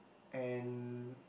and